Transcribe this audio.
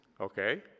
okay